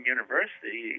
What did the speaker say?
University